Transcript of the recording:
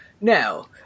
Now